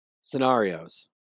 Scenarios